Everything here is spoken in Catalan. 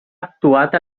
actuat